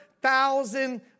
thousand